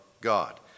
God